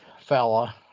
fella